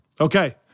Okay